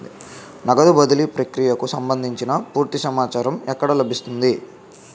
నగదు బదిలీ ప్రక్రియకు సంభందించి పూర్తి సమాచారం ఎక్కడ లభిస్తుంది?